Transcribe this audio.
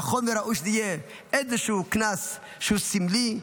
נכון וראוי שזה יהיה איזשהו קנס שהוא סמלי,